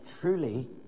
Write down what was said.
truly